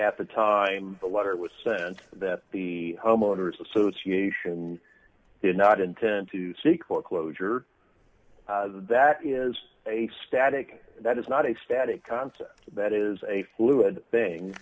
at the time the letter was sent that the homeowners association did not intend to seek foreclosure that is a static that is not a static concept that is a fluid thing